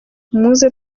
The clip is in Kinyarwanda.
muze